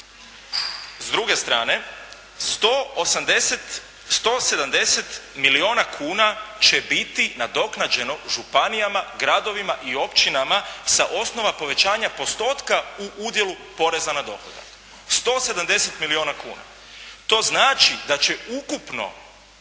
S druge strane 170 milijuna kuna će biti nadoknađeno županijama, gradovima i općinama sa osnova povećanja postotka u udjelu poreza na dohodak. 170 milijuna kuna. To znači da će ukupno